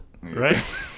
Right